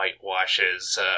whitewashes